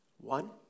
One